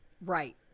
Right